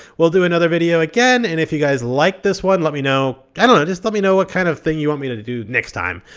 we'll do another video again, and if you guys like this one, let me know know just let me know what kind of thing you want me to to do next time.